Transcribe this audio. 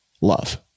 love